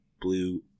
blue